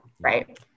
right